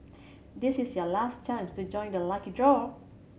this is your last chance to join the lucky draw